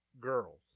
girls